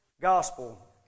gospel